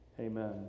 Amen